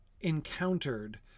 encountered